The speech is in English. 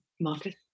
Marcus